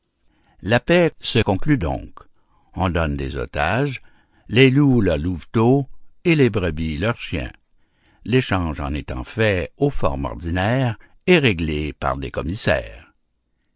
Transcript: la paix se conclut donc on donne des otages les loups leurs louveteaux et les brebis leurs chiens l'échange en étant fait aux formes ordinaires et réglé par des commissaires